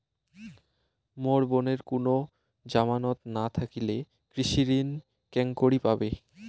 মোর বোনের কুনো জামানত না থাকিলে কৃষি ঋণ কেঙকরি পাবে?